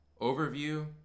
overview